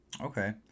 Okay